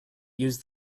use